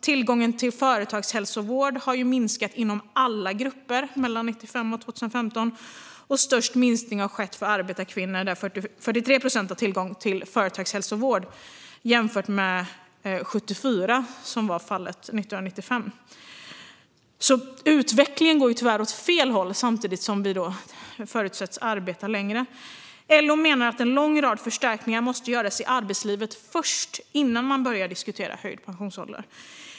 Tillgången till företagshälsovård har minskat inom alla grupper mellan 1995 och 2015. Störst minskning har skett för arbetarkvinnor, där 43 procent har tillgång till företagshälsovård jämfört med 74 procent år 1995. Utvecklingen går tyvärr åt fel håll, samtidigt som vi förutsätts arbeta längre. LO menar att en lång rad förstärkningar måste göras i arbetslivet innan man börjar diskutera höjd pensionsålder.